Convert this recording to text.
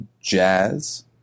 Jazz